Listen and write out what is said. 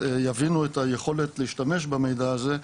יבינו את היכולת להשתמש במידע הזה,